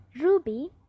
ruby